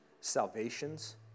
salvations